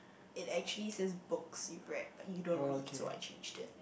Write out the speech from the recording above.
it actually says books you read but you don't read so I changed it